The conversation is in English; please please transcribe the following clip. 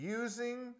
using